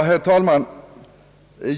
Herr talman!